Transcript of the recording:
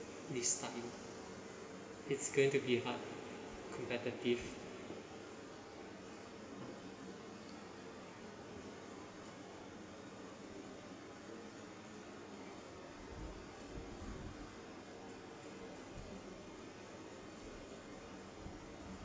studying it's going to be hard competitive